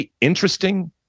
interesting